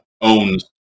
owns